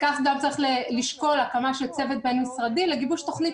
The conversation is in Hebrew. כך גם צריך לשקול הקמה של צוות בין-משרדי לגיבוש תוכנית